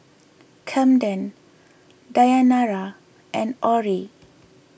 Kamden Dayanara and Orrie